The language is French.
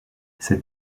ses